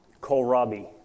Kohlrabi